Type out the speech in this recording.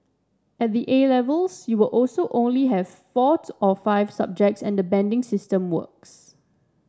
at the A Levels you will also only have four to or five subjects and banding system works